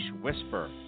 whisper